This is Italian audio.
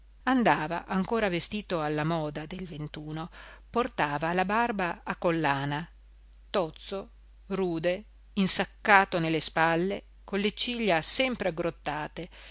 andava ancora vestito alla moda del ventuno portava la barba a collana tozzo rude insaccato nelle spalle con le ciglia sempre aggrottate